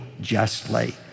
justly